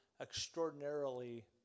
extraordinarily